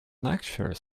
lecture